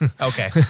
Okay